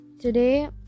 Today